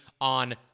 on